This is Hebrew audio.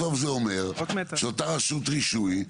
בסוף זה אומר שאותה רשות רישוי,